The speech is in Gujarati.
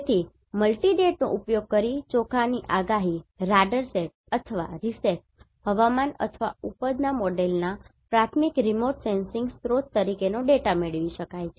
તેથી મલ્ટિ ડેટનો ઉપયોગ કરીને ચોખાની આગાહી Radarsat અથવા Reset હવામાન અથવા ઉપજનાં મોડેલનાં પ્રાથમિક રિમોટ સેન્સિંગ સ્રોત તરીકેનો ડેટા મેળવી શકાય છે